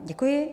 Děkuji.